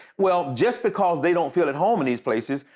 well, just because they don't feel at home in these places,